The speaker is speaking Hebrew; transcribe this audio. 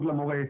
כבוד למורה,